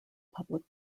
public